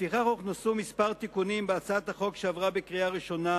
לפיכך הוכנסו כמה תיקונים בהצעת החוק שעברה בקריאה ראשונה,